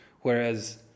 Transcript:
whereas